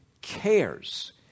cares